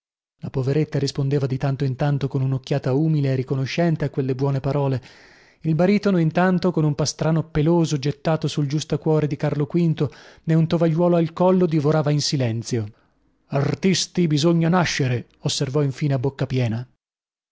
la poveretta rispondeva di tanto in tanto con unocchiata umile e riconoscente a quelle buone parole il baritono intanto con un pastrano peloso gettato sul giustacuore di carlo v e un tovagliuolo al collo divorava in silenzio artisti bisogna nascere osservò infine a bocca piena